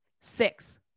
Six